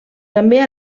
també